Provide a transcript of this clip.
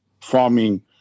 farming